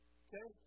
okay